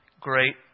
great